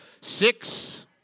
six